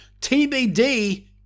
TBD